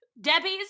Debbie's